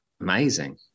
amazing